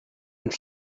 and